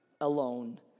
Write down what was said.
alone